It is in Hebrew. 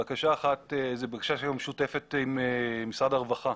בקשה אחת זה גם בקשה שגם משותפת עם משרד הרווחה,